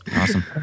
Awesome